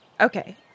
okay